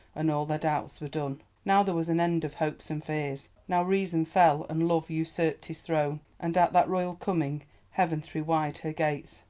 and all their doubts were done. now there was an end of hopes and fears now reason fell and love usurped his throne, and at that royal coming heaven threw wide her gates.